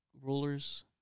rulers